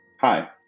Hi